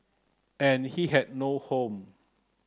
and he had no home